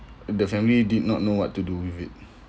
the family did not know what to do with it